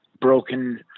broken